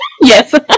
yes